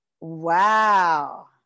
Wow